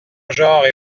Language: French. genres